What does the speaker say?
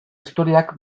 historiak